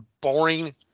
boring